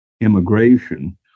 immigration